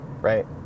right